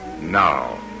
now